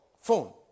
phone